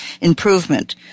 improvement